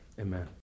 Amen